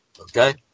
Okay